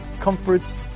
comforts